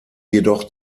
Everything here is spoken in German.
jedoch